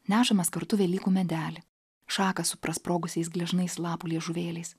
nešamės kartu velykų medelį šaką su prasprogusiais gležnais lapų liežuvėliais